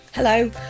Hello